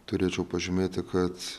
turėčiau pažymėti kad